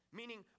meaning